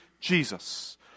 Jesus